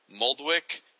Moldwick